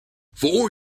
four